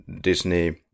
Disney